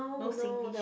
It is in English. no Singlish